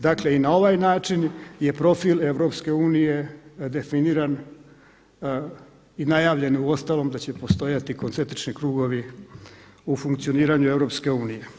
Dakle i na ovaj način je profil EU definiran i najavljen uostalom da će postojati koncentrični krugovi u funkcioniranju EU.